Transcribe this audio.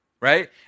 right